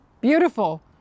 beautiful